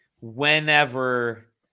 whenever